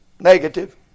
Negative